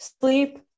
sleep